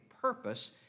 purpose